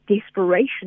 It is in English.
desperation